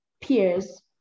peers